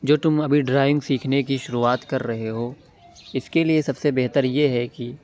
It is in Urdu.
جو تم ابھی ڈرائنگ سیکھنے کی شروعات کر رہے ہو اِس کے لیے سب سے بہتر یہ ہے کہ